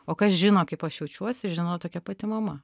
o kas žino kaip aš jaučiuosi žino tokia pati mama